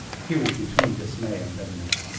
he was between dismay and bitterness.